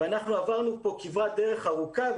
אנחנו עברנו פה כברת דרך ארוכה,